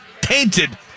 tainted